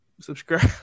subscribe